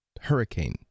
hurricane